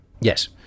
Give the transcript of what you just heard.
Yes